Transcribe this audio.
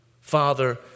father